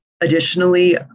Additionally